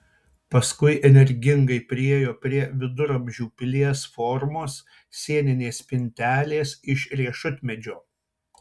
paskui energingai priėjo prie viduramžių pilies formos sieninės spintelės iš riešutmedžio